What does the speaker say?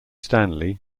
stanley